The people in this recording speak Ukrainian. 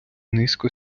низько